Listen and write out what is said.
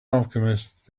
alchemists